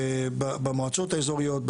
במועצות האזוריות,